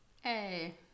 Hey